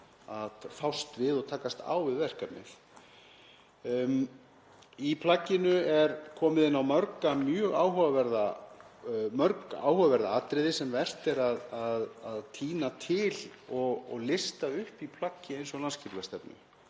að fást við og takast á við verkefnið. Í plagginu er komið inn á mörg áhugaverð atriði sem vert er að tína til og lista upp í plaggi eins og landsskipulagsstefnu.